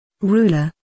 Ruler